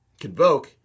Convoke